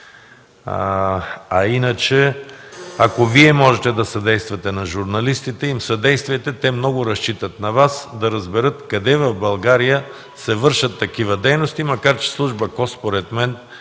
цяло. Ако Вие можете да съдействате на журналистите, съдействайте им. Те много разчитат на Вас да разберат къде в България се вършат такива дейности, макар че служба КОС, според мен,